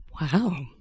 Wow